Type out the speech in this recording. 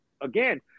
again